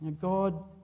God